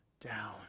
down